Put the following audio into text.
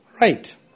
right